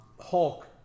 Hulk